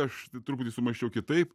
aš truputį sumąsčiau kitaip